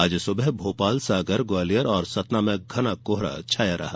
आज सुबह भोपाल सागर ग्वालियर और सतना में घना कोहरा छाया रहा